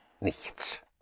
nichts